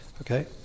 okay